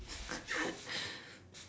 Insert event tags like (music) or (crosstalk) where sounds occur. (laughs)